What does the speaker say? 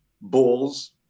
Bulls